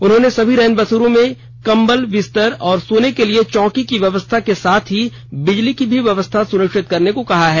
उन्होंने सभी रैन बसेरों में कंबल बिस्तर और सोने के लिए चौकी की व्यवस्था के साथ ही बिजली की भी व्यवस्था सुनिश्चित करने को कहा है